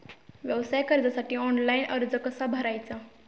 व्यवसाय कर्जासाठी ऑनलाइन अर्ज कसा भरायचा?